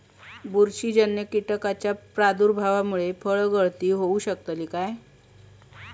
बुरशीजन्य कीटकाच्या प्रादुर्भावामूळे फळगळती होऊ शकतली काय?